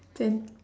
ten